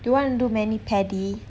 you want to do mani~ pedi~